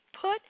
put